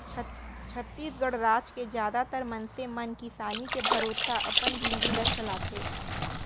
छत्तीसगढ़ राज के जादातर मनसे मन किसानी के भरोसा अपन जिनगी ल चलाथे